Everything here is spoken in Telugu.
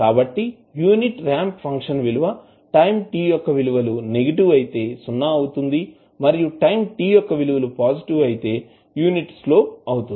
కాబట్టి యూనిట్ రాంప్ ఫంక్షన్ విలువ టైం t యొక్క విలువ నెగిటివ్ అయితే సున్నా అవుతుంది మరియు టైం t యొక్క విలువ పాజిటివ్ అయితే యూనిట్ స్లోప్ వస్తుంది